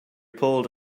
pulled